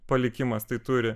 palikimas tai turi